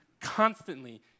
constantly